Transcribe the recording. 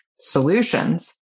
solutions